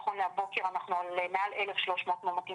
נכון להבוקר אנחנו על מעל 1,300 מאומתים